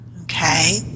okay